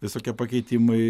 visokie pakeitimai